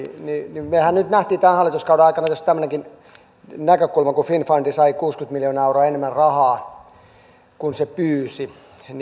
niin mehän nyt näimme tämän hallituskauden aikana tämmöisenkin näkökulman että finnfund sai sijoitustoimintaan kehitysmaissa oleviin yrityksiin kuusikymmentä miljoonaa euroa enemmän rahaa kuin se pyysi ja